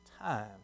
time